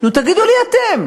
נו, תגידו לי אתם,